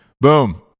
Boom